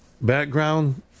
background